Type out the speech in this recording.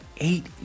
eight